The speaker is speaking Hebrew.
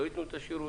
לא ייתנו את השירות.